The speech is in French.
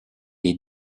les